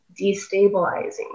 destabilizing